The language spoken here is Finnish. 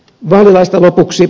vaalilaista lopuksi